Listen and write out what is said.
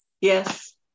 Yes